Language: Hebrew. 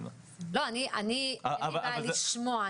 לא, אין לי בעיה לשמוע.